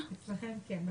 נפרסם את הברושור הזה,